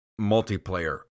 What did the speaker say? multiplayer